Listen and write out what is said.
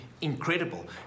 incredible